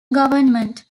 government